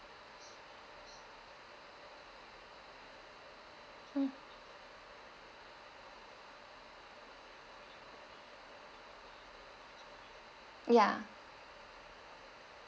mm ya